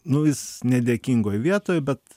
nu jis nedėkingoj vietoj bet